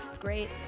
great